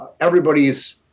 Everybody's